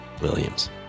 Williams